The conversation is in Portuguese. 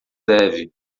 deve